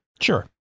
Sure